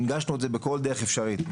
הנגשנו את זה בכל דרך אפשרית,